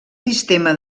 sistema